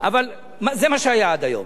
אבל זה מה שהיה עד היום.